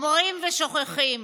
אומרים ושוכחים,